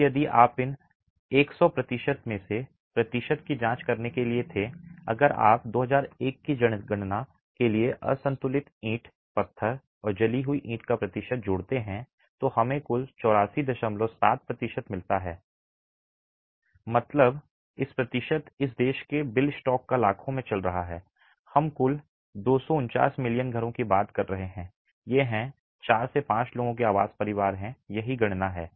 अब यदि आप इन 100 प्रतिशत में से प्रतिशत की जांच करने के लिए थे अगर आप 2001 की जनगणना के लिए असंतुलित ईंट पत्थर और जली हुई ईंट का प्रतिशत जोड़ते हैं तो हमें कुल 847 प्रतिशत मिलता है मतलब meaning४ to प्रतिशत इस देश के बिल स्टॉक का लाखों में चल रहा है हम कुल 249 मिलियन घरों की बात कर रहे हैं ये हैं ये 4 से 5 लोगों के आवास परिवार हैं यही गणना है